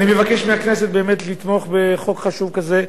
אני מבקש מהכנסת באמת לתמוך בחוק חשוב כזה,